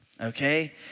okay